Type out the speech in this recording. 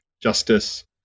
justice